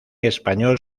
español